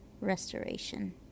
restoration